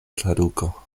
traduko